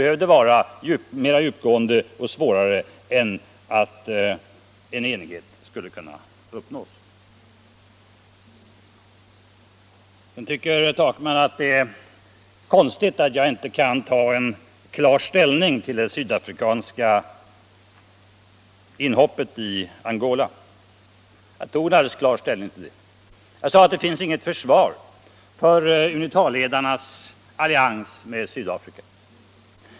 Herr Takman tycker att det är konstigt att jag inte kan ta klar ställning till det sydafrikanska engagemanget i Angola. Jag tog en alldeles klar ställning till det; jag sade att det finns inget försvar för UNITA-ledarnas allians med Sydafrika.